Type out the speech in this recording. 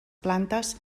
plantes